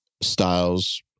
styles